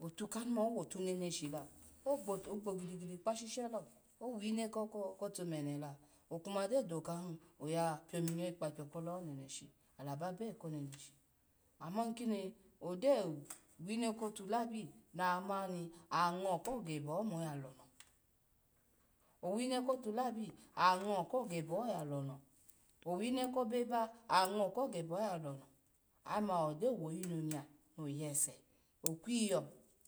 otu kanu ma owotu neneshi la ogbo ogbo gidigidi kpa shishe lo, owine ko ko tume ne la, okuma gyo dokahi oya pio minyo ikpa kyo ko le ho neneshi ala ba be ko neneshi ama kini odewine ko tu labi, na mani ango ko gebeho ma oya lono, owino ko tulabi ango ko gebeho ma oya lono owino ko beba ango ko gebeho ma oya lono, ame ogyo woyinonya no yese okwi yiyo.